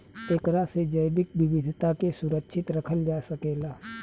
एकरा से जैविक विविधता के सुरक्षित रखल जा सकेला